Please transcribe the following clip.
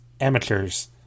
amateurs